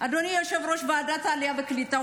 אדוני יושב-ראש ועדת העלייה והקליטה?